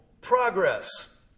progress